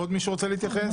עוד מישהו רוצה להתייחס?